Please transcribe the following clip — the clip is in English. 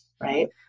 Right